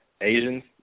Asians